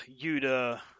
Yuda